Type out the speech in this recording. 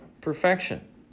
perfection